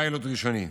פיילוט ראשוני.